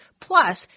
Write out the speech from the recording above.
Plus